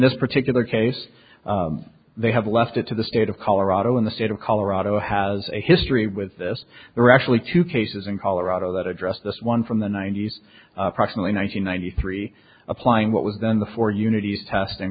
this particular case they have left it to the state of colorado in the state of colorado has a history with this there are actually two cases in colorado that address this one from the ninety's approximately nine hundred ninety three applying what we've done before unities test in